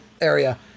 area